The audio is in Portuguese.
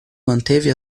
manteve